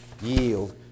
yield